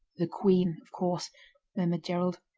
the queen, of course murmured gerald.